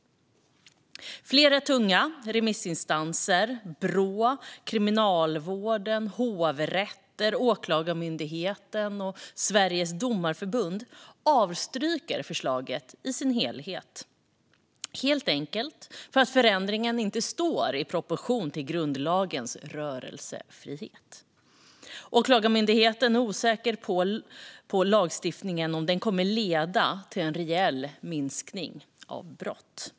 Flera tunga remissinstanser, Brå, Kriminalvården, hovrätter, Åklagarmyndigheten och Sveriges Domareförbund, avstyrker förslaget i sin helhet, helt enkelt för att förändringen inte står i proportion till grundlagens rörelsefrihet. Åklagarmyndigheten är osäker på om lagstiftningen kommer att leda till en reell minskning av brott.